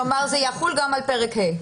כלומר, זה יחול גם על פרק ה'.